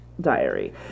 diary